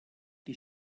die